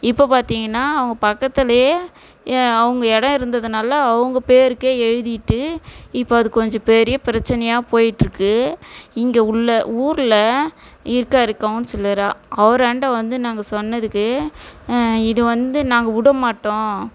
இப்போ பார்த்தீங்கன்னா அவங்க பக்கத்துலேயே எ அவங்க இடம் இருந்ததுனால அவங்க பேருக்கே எழுதிவிட்டு இப்போ அது கொஞ்சம் பெரிய பிரச்சனையாக போயிட்டு இருக்கு இங்கே உள்ள ஊரில் இருக்கார் கவுன்சிலராக அவராண்ட வந்து நாங்கள் சொன்னதுக்கு இதை வந்து நாங்கள் விடமாட்டோம்